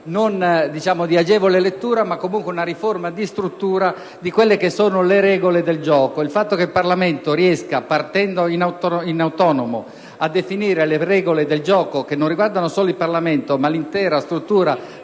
non di agevole lettura, comunque una riforma di struttura delle regole del gioco. Il fatto che il Parlamento, partendo in modo autonomo, riesca a definire le regole del gioco, che non riguardano solo il Parlamento ma l'intera struttura